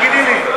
תגידי לי.